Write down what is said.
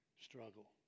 struggle